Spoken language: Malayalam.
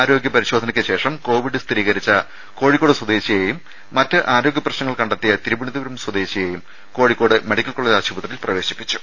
ആരോഗ്യപരിശോധനയ്ക്കു ശേഷം കോവിഡ് സ്ഥിരീകരിച്ച കോഴിക്കോട് സ്വദേശിയെയും മറ്റ് ആരോഗ്യപ്രശ്നങ്ങൾ കണ്ടെത്തിയ തിരുവനന്തപുരം സ്വദേശിയെയും കോഴിക്കോട് മെഡിക്കൽ കോളജ് ആശുപത്രിയിൽ പ്രവേശിപ്പിച്ചു